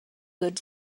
good